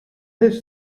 his